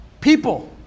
people